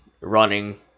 running